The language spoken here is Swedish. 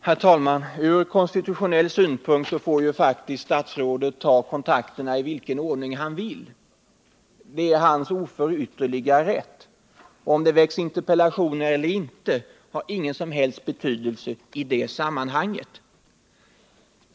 Herr talman! Ur konstitutionell synpunkt får faktiskt statsrådet ta kontakterna i vilken ordning han vill — det är hans oförytterliga rätt. Om det framställs interpellationer eller inte har ingen som helst betydelse i det sammanhanget.